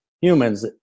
humans